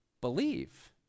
believe